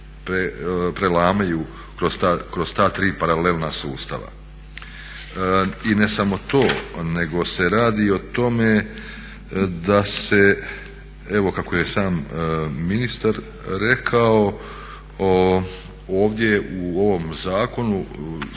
prelamaju kroz ta tri paralelna sustava. I ne samo to nego se radi o tome da se evo kako je sam ministar rekao ovdje u ovom zakonu